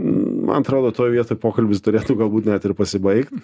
man atrodo toj vietoj pokalbis turėtų galbūt net ir pasibaigt